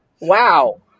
Wow